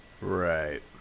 Right